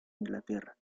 inglaterra